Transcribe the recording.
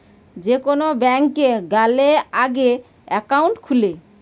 যে কোন ব্যাংকে গ্যালে আগে একাউন্ট খুলে